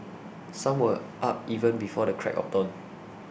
some were up even before the crack of dawn